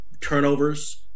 turnovers